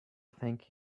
thank